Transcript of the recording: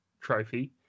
Trophy